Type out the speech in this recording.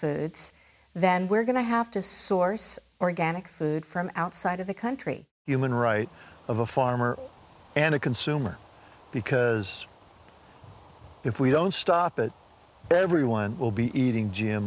foods then we're going to have to source organic food from outside of the country human right of a farmer and a consumer because if we don't stop it but everyone will be eating g